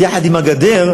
יחד עם הגדר,